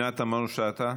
פנינה תמנו-שטה,